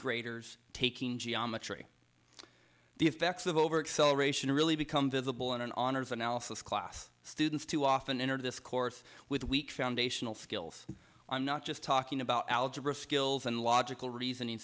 graders taking geometry the effects of over acceleration really become visible in an honors analysis class students to often enter this course with weak foundational skills i'm not just talking about algebra skills and logical reasoning